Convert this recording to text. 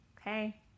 Okay